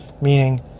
meaning